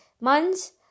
months